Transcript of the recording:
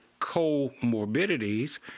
comorbidities